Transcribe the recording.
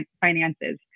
finances